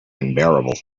unbearable